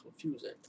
confusing